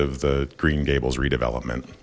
of the green gables redevelopment